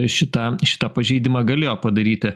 šitą šitą pažeidimą galėjo padaryti